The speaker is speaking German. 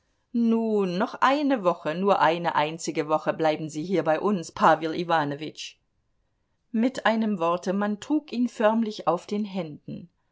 nun noch eine woche nur noch eine einzige woche bleiben sie hier bei uns pawel iwanowitsch mit einem worte man trug ihn förmlich auf den händen